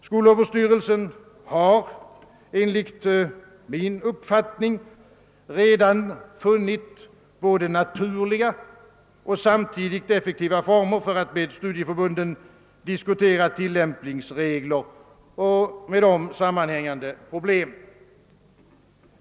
Skolöverstyrelsen har enligt min uppfattning redan funnit naturliga och samtidigt effektiva former för att med studieförbunden diskutera tillämpningsregler och därmed sammanhängande problem.